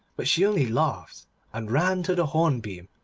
but she only laughed, and ran to the hornbeam,